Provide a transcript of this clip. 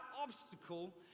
obstacle